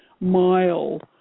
mile